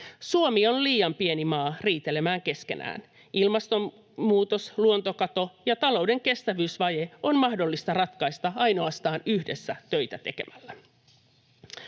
Suomi on liian pieni maa riitelemään keskenään. Ilmastonmuutos, luontokato ja talouden kestävyysvaje on mahdollista ratkaista ainoastaan yhdessä töitä tekemällä.